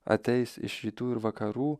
ateis iš rytų ir vakarų